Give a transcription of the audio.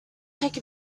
take